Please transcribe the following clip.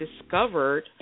discovered